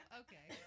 okay